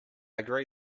agree